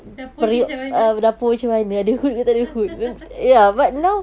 dapur cik macam mana